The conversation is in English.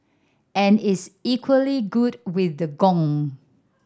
and is equally good with the gong